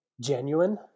genuine